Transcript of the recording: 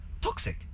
Toxic